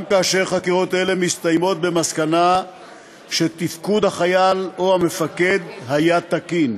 גם כאשר חקירות אלה מסתיימות במסקנה שתפקוד החייל או המפקד היה תקין,